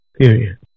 period